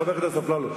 חבר הכנסת אפללו,